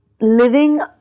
living